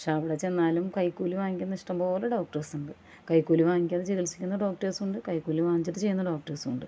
പക്ഷേ അവിടെ ചെന്നാലും കൈക്കൂലി വാങ്ങിക്കുന്ന ഇഷ്ടംപോലെ ഡോക്ടേഴ്സ്ണ്ട് കൈക്കൂലി വാങ്ങിക്കാതെ ചികിത്സിക്കുന്ന ഡോക്ടേഴ്സുണ്ട് കൈക്കൂലി വാങ്ങിച്ചിട്ട് ചെയ്യുന്ന ഡോക്ടേഴ്സും ഉണ്ട്